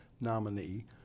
nominee